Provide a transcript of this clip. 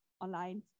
online